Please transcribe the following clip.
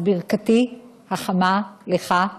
אז ברכתי החמה לך,